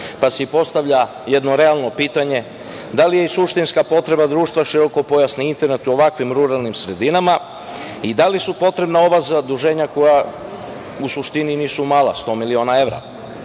vrate. Postavlja se jedno realno pitanje, da li je suštinska potreba društva širokopojasni internet u ovakvim ruralnim sredinama i da li su potrebna ova zaduženja koja u suštini nisu mala, 100 miliona evra? Mi